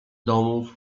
domów